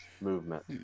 movement